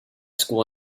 school